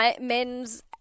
men's